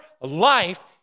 life